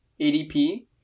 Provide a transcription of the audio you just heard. ADP